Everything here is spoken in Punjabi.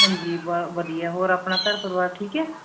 ਹਾਂਜੀ ਵਾ ਵਧੀਆ ਹੋਰ ਆਪਣਾ ਘਰ ਪਰਿਵਾਰ ਠੀਕ ਹੈ